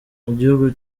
igihugu